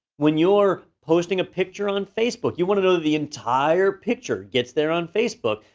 when you're posting a picture on facebook, you want to know that the entire picture gets there on facebook.